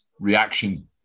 reaction